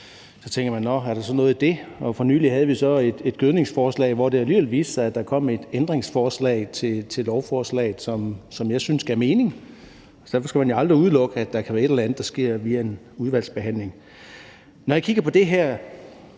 Så tænker man, at er der så noget i det? For nylig havde vi et gødningsforslag, hvor det alligevel viste sig, at der kom et ændringsforslag til lovforslaget, som jeg syntes gav mening. Derfor skal man jo aldrig udelukke, at der kan være et eller andet, der sker, via en udvalgsbehandling. Når jeg kigger på det her,